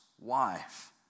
wife